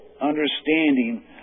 understanding